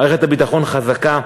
מערכת הביטחון חזקה,